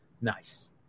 nice